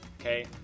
Okay